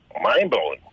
mind-blowing